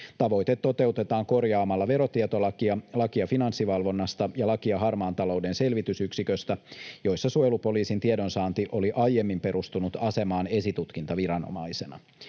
Tavoite toteutetaan korjaamalla verotietolakia, lakia Finanssivalvonnasta ja lakia Harmaan talouden selvitysyksiköstä, joissa suojelupoliisin tiedonsaanti oli aiemmin perustunut asemaan esitutkintaviranomaisena.